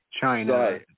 china